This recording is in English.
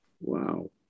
wow